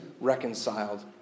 reconciled